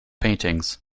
paintings